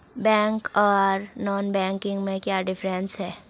Bank आर non banking में क्याँ डिफरेंस है?